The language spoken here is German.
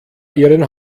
ihren